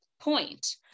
point